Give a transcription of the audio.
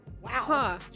Wow